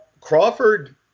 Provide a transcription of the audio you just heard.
Crawford